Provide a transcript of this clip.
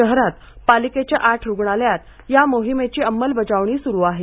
शहरात पालिकेच्या आठ रुग्णालयात या मोहिमेची अंमलबजावणी सुरू आहे